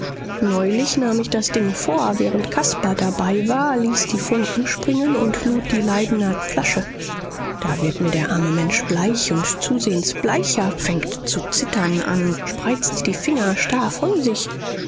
neulich nahm ich das ding vor während caspar dabei war ließ die funken springen und lud die leidener flasche da wird mir der arme mensch bleich und zusehends bleicher fängt zu zittern an spreizt die finger starr von sich